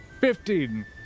fifteen